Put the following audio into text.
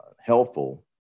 helpful